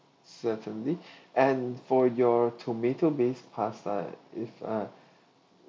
certainly and for your tomato based pasta if ah